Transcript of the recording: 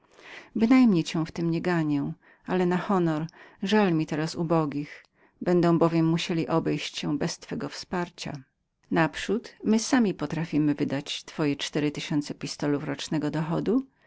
uczynki bynajmniej cię w tem nie ganię ale na uczciwość żal mi teraz ubogich będą bowiem musieli obejść się bez twego wsparcia naprzód my sami potrafimy wydać twoje cztery tysiące pistolów rocznego dochodu